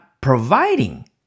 providing